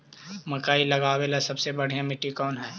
मकई लगावेला सबसे बढ़िया मिट्टी कौन हैइ?